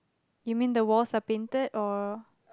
you mean the walls are painted or